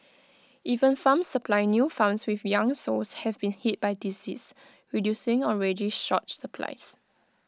even farms supplying new farms with young sows have been hit by disease reducing already short supplies